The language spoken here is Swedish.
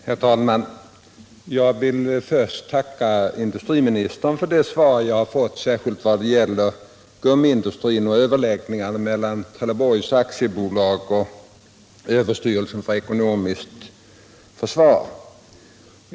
Herr talman! Jag vill först tacka industriministern för det svar som jag har fått särskilt vad gäller gummiindustrin och överläggningarna mellan Trelleborgs Gummifabriks AB och överstyrelsen för ekonomiskt försvar.